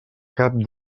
cap